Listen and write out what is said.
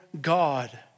God